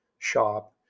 Shop